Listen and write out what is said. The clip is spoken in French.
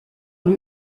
dans